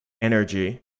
energy